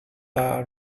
derrière